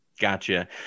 Gotcha